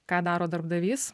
ką daro darbdavys